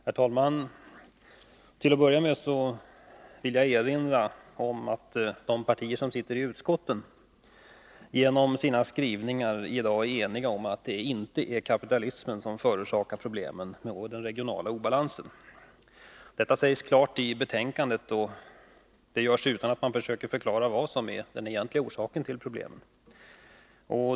Regionalpolitiken Herr talman! Till att börja med vill jag erinra om att de partier som sitter i utskottet genom sin skrivning i dag är eniga om att det inte är kapitalismen som har förorsakat problemen med den regionala obalansen. Detta sägs klart i betänkandet, och det görs utan att man försöker förklara vad som är den egentliga orsaken till problemen.